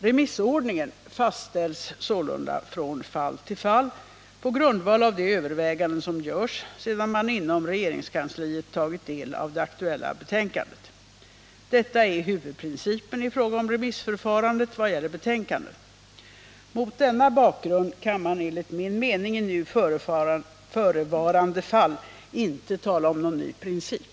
Remissordningen fastställs sålunda från fall till fall på grundval av de överväganden som görs sedan man inom regeringskansliet tagit del av det aktuella betänkandet. Detta är huvudprincipen i fråga om remissförfarandet vad gäller betänkanden. Mot denna bakgrund kan man enligt min mening i nu förevarande fall inte tala om någon ny princip.